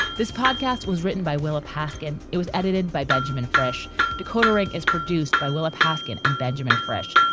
this podcast was written by willa paskin. it was edited by benjamin. fresh decoder ring is produced by willa paskin and benjamin fresh.